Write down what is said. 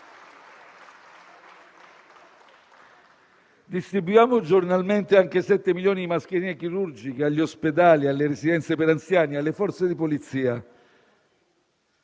Distribuiamo giornalmente anche 7 milioni di mascherine chirurgiche agli ospedali, alle residenze per anziani, alle Forze di polizia.